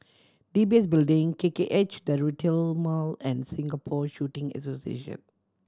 D B S Building K K H The Retail Mall and Singapore Shooting Association